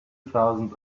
thousand